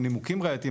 או נימוקים ראייתיים,